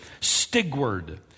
stigward